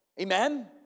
Amen